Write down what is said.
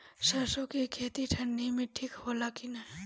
सरसो के खेती ठंडी में ठिक होला कि ना?